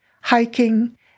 hiking